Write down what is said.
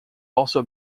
also